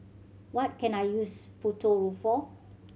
what can I use Futuro for